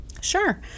Sure